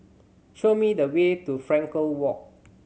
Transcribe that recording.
show me the way to Frankel Walk